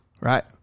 right